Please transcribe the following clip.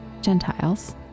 Gentiles